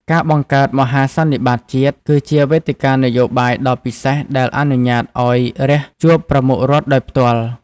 ការបង្កើត "មហាសន្និបាតជាតិ" គឺជាវេទិកានយោបាយដ៏ពិសេសដែលអនុញ្ញាតឱ្យរាស្ត្រជួបប្រមុខរដ្ឋដោយផ្ទាល់។